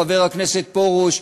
חברי הכנסת פרוש,